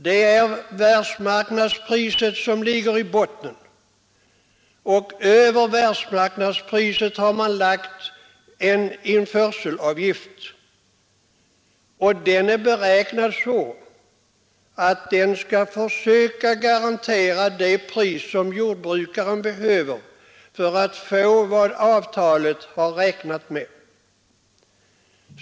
Det är världsmarknadspriset som ligger i botten, och över världsmarknadspriset har man lagt en införselavgift som är beräknad så att man skall försöka garantera jordbrukaren det pris han behöver för att få vad avtalet har räknat med.